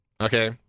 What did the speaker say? okay